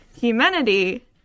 humanity